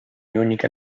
munich